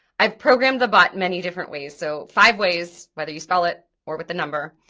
i've programmed the bot many different ways so five ways whether you spell it or with the number,